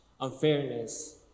unfairness